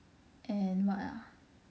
and what ah